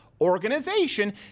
organization